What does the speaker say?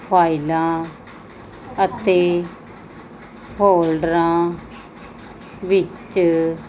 ਫਾਈਲਾਂ ਅਤੇ ਫੋਲਡਰਾਂ ਵਿੱਚ